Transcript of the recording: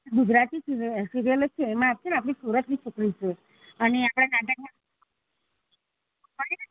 Gujarati serial જ છે એમાં છે ને આપણી સુરતની છોકરી છે અને આપણા નાટકમાં